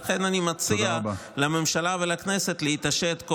לכן אני מציע לממשלה ולכנסת להתעשת כל